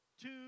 two